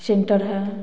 centre है